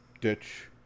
ditch